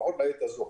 לפחות לעת הזו.